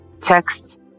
text